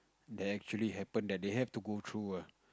that actually happen that they have to go through ah